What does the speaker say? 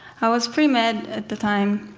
i was pre-med at the time,